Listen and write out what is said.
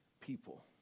people